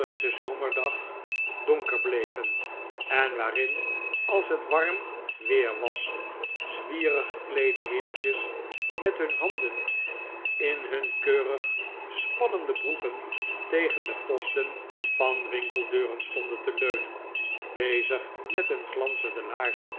zomerdag donker bleven en waarin als het warm weer was zwierig gekleede heertjes met hun handen in hun keurig spannende broeken tegen de posten van winkeldeuren stonden te leunen bezig met hun glanzende